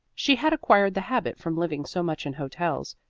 she had acquired the habit from living so much in hotels,